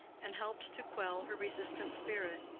and helped to quell her resistant spirit.